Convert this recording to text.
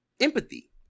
Empathy